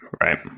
Right